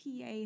PA